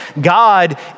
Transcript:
God